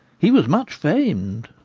he was much fam'd.